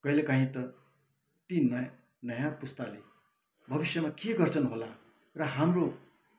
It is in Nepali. कहिले कहीँ त ति नयाँ नयाँ पुस्ताले भविष्यमा के गर्छन् होला र हाम्रो